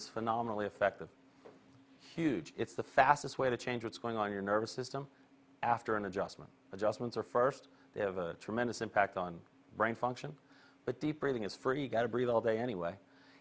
it's phenomenally effective huge it's the fastest way to change what's going on your nervous system after an adjustment adjustments are first they have a tremendous impact on brain function but deep breathing is free you got to breathe all day anyway